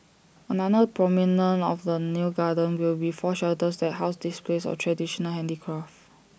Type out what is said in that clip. another prominent of the new garden will be four shelters that house displays of traditional handicraft